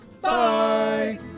Bye